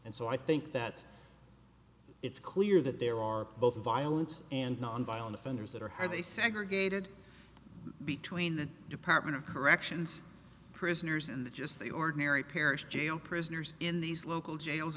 and so i think that it's clear that there are both violent and nonviolent offenders that are hard they segregated between the department of corrections prisoners in the just the ordinary parish jail prisoners in these local jails